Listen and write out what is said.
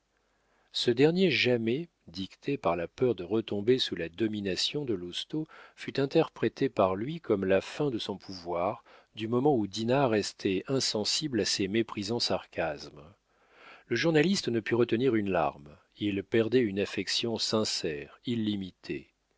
ce dernier jamais dicté par la peur de retomber sous la domination de lousteau fut interprété par lui comme la fin de son pouvoir du moment où dinah restait insensible à ses méprisants sarcasmes le journaliste ne put retenir une larme il perdait une affection sincère illimitée